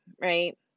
Right